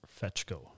Fetchko